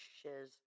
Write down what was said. shiz